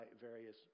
various